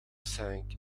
cinq